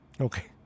Okay